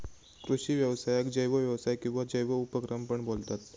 कृषि व्यवसायाक जैव व्यवसाय किंवा जैव उपक्रम पण बोलतत